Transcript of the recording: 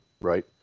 right